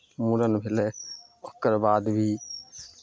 मूड़न भेलै ओकर बाद भी